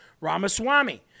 Ramaswamy